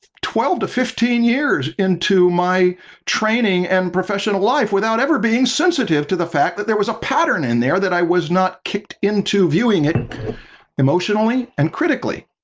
twelve to fifteen years into my training and professional life without ever being sensitive to the fact that there was a pattern in there that i was not kicked into viewing it emotionally and critically.